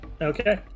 Okay